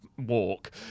walk